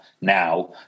now